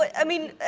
i mean, ah,